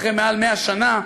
אחרי מעל 100 שנה,